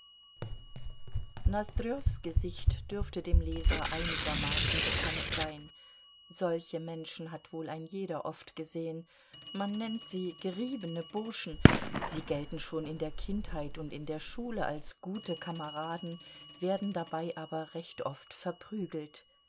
nosdrjows gesicht dürfte dem leser einigermaßen bekannt sein solche menschen hat wohl ein jeder oft gesehen man nennt sie geriebene burschen sie gelten schon in der kindheit und in der schule als gute kameraden werden dabei aber recht oft verprügelt